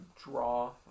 draw